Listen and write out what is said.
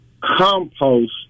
compost